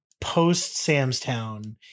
post-Samstown